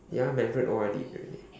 ya my friends O_R_Ded already